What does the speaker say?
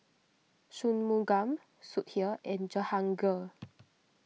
Shunmugam Sudhir and Jehangirr